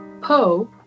Poe